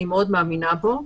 אני מאוד מאמינה בו,